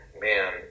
Man